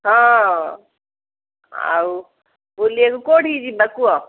ହଁ ଆଉ ବୁଲିବାକୁ କୋଉଠିକି ଯିବା କୁହ